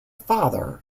father